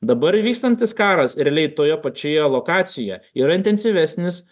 dabar vykstantis karas realiai toje pačioje lokacijoje yra intensyvesnis